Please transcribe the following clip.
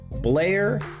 Blair